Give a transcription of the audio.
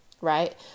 right